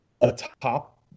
atop